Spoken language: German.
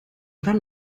oder